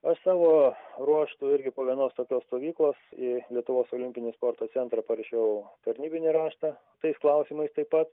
aš savo ruožtu irgi po vienos tokios stovyklos į lietuvos olimpinį sporto centrą parašiau tarnybinį raštą tais klausimai taip pat